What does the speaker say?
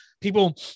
People